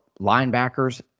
linebackers